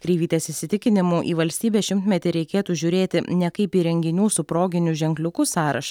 kreivytės įsitikinimu į valstybės šimtmetį reikėtų žiūrėti ne kaip į renginių su proginiu ženkliuku sąrašą